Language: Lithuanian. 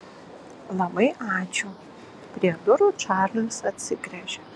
labai ačiū prie durų čarlis atsigręžė